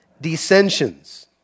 Dissensions